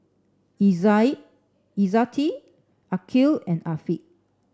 Izzati Aqil and Afiq